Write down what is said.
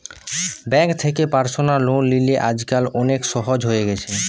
bank থেকে personal loan লিলে আজকাল অনেক সহজ হয়ে গেছে